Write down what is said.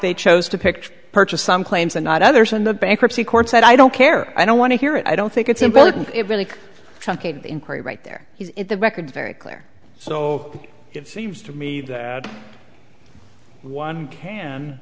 they chose to pick purchased some claims and not others and the bankruptcy court said i don't care i don't want to hear it i don't think it's important it really inquiry right there he's in the record very clear so it seems to me that one can